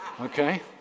Okay